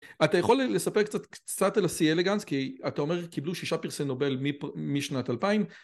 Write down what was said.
אתה יכול לספר קצת על ה C.elegans כי אתה אומר קיבלו שישה פרסי נובל משנת אלפיים